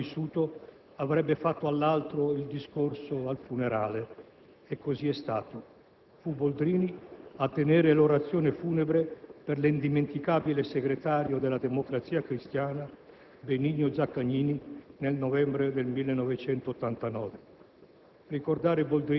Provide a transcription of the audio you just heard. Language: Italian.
chi fosse sopravvissuto avrebbe fatto all'altro il discorso al funerale. E così è stato. Fu Boldrini a tenere l'orazione funebre per l'indimenticabile segretario della Democrazia Cristiana Benigno Zaccagnini nel novembre del 1989.